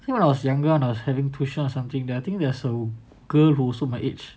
feel like when I was younger I was having tuition or something that I think there is a girl also my age